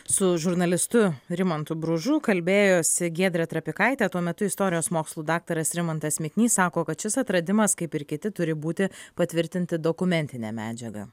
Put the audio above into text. su žurnalistu rimantu bružu kalbėjosi giedrė trapikaitė tuo metu istorijos mokslų daktaras rimantas miknys sako kad šis atradimas kaip ir kiti turi būti patvirtinti dokumentine medžiaga